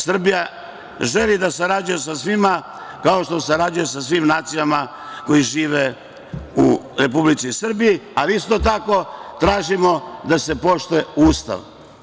Srbija želi da sarađuje sa svima, kao što sarađuje sa svim nacijama koje žive u Republici Srbiji, ali isto tako tražimo da se poštuje Ustav.